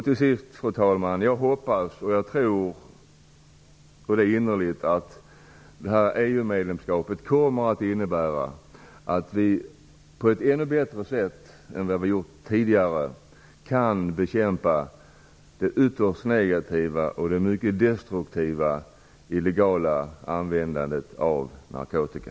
Till sist, fru talman, vill jag säga att jag innerligt hoppas och tror att EU-medlemskapet kommer att innebära att vi på ett ännu bättre sätt än vad vi gjort tidigare kan bekämpa det ytterst negativa och mycket destruktiva illegala användandet av narkotika.